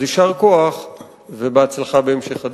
אז יישר כוח ובהצלחה בהמשך הדרך.